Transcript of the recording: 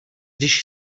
když